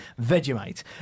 Vegemite